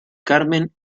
carmen